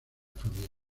familia